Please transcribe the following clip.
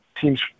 team's